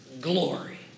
glory